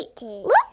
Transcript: Look